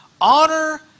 honor